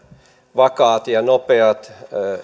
vakaat ja nopeat